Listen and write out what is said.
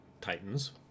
Titans